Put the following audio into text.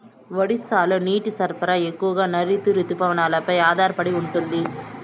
ఒడిశాలో నీటి సరఫరా ఎక్కువగా నైరుతి రుతుపవనాలపై ఆధారపడి ఉంటుంది